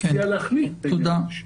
תודה.